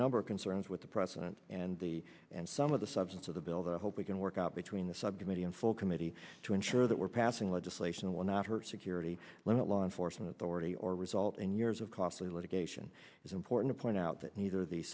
a number of concerns with the president and the and some of the substance of the bill that i hope we can work out between the subcommittee and full committee to ensure that we're passing legislation that will not hurt security let law enforcement authority or result in years of costly litigation is important to point out that neither the